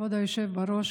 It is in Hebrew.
כבוד היושב בראש,